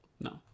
No